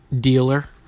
dealer